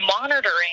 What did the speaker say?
monitoring